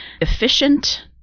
efficient